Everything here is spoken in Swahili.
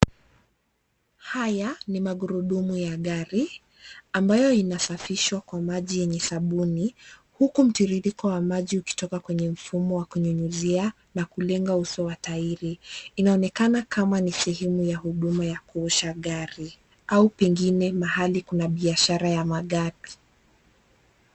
Haya ni magurudumu ya gari ambayo inasafishwa kwa maji yenye sabuni, huku mtiririko wa maji ukitoka kwenye mfumo wa kunyunyizia na kulenga uso wa taili. Inaonekana kama ni sehemu ya huduma ya kuosha gari au pengine mahali kuna biashara ya magari.